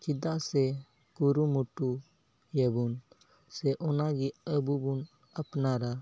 ᱪᱮᱫᱟᱜ ᱥᱮ ᱠᱩᱨᱩᱢᱩᱴᱩᱭᱟᱵᱱ ᱥᱮ ᱚᱱᱟᱜᱮ ᱟᱵᱚ ᱵᱚᱱ ᱟᱯᱱᱟᱨᱟ